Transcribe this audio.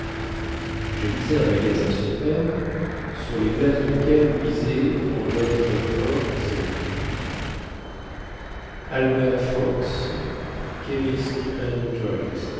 javisai un magasin superbe sur les glaces duquel luisaient en lettres dor ces mots albert fox